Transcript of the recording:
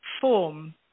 form